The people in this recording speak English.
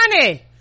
money